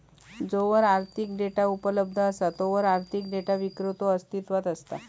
जोवर आर्थिक डेटा उपलब्ध असा तोवर आर्थिक डेटा विक्रेतो अस्तित्वात असता